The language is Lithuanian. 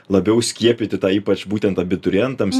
labiau skiepyti tą ypač būtent abiturientams